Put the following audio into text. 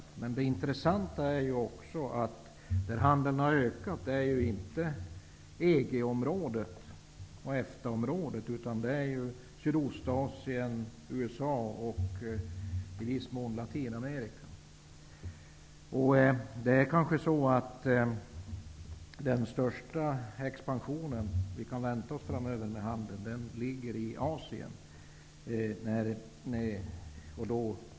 Men samtidigt är det intressant att notera att handeln inte har ökat i EG ochEFTA-områdena utan i Sydostasien, USA och, i viss mån, Kanske är det så att den största expansionen är att vänta i Asien.